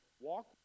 Walk